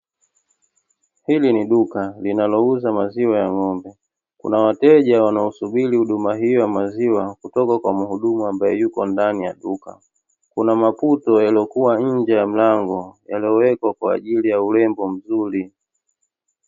Hili ni duka linalouza maziwa ya ng'ombe, kuna wateja wanaosubiri huduma hiyo ya maziwa kutoka kwa muhudumu ambaye yuko ndani ya duka. Kuna maputo yaliyokua nje ya mlango yaliyowekwa kwa ajili ya urembo mzuri.